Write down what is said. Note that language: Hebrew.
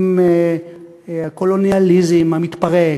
עם הקולוניאליזם המתפרק,